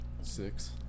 six